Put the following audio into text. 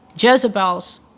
Jezebel's